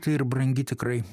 tai ir brangi tikrai